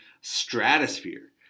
stratosphere